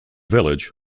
village